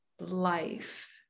life